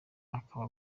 akaba